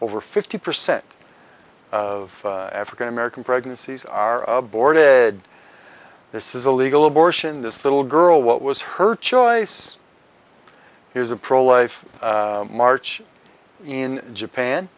over fifty percent of african american pregnancies are boarded this is illegal abortion this little girl what was her choice here's a pro life march in japan